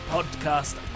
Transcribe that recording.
Podcast